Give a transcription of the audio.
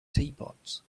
teapots